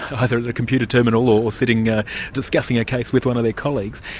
either at a computer terminal or sitting ah discussing a case with one of their colleagues.